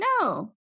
No